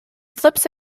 flips